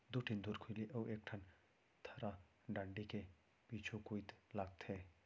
दू ठिन धुरखिली अउ एक ठन थरा डांड़ी के पीछू कोइत लागथे